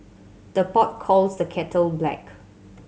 the pot calls the kettle black